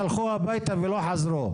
ולכן אנחנו מסתכלים ואין תכניות מתאר,